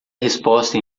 resposta